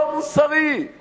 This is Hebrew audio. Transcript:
תגיד לממשלה.